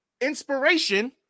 inspiration